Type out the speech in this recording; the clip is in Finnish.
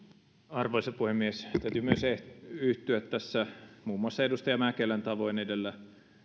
arvoisa puhemies täytyy myös yhtyä tässä muun muassa edustaja mäkelän tavoin edellä